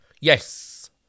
Yes